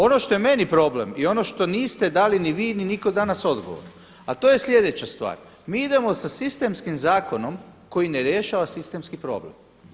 Ono što je meni problem i ono što niste dali ni vi niko danas odgovor, a to je sljedeća stvar, mi idemo sa sistemskim zakonom koji ne rješava sistemski problem.